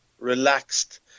Relaxed